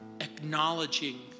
acknowledging